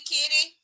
Kitty